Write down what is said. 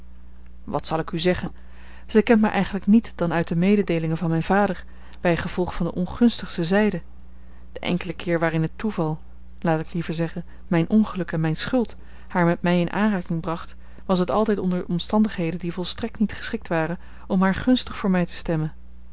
wat zal ik u zeggen zij kent mij eigenlijk niet dan uit de mededeelingen van mijn vader bijgevolg van de ongunstigste zijde den enkelen keer waarin het toeval laat ik liever zeggen mijn ongeluk en mijne schuld haar met mij in aanraking bracht was het altijd onder omstandigheden die volstrekt niet geschikt waren om haar gunstig voor mij te stemmen